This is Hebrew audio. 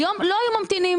היום לא היו ממתינים.